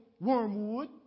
Wormwood